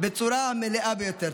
בצורה מלאה ביותר.